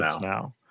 now